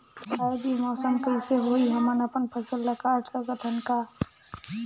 आय दिन मौसम कइसे होही, हमन अपन फसल ल काट सकत हन का?